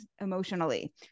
emotionally